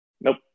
nope